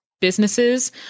businesses